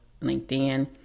LinkedIn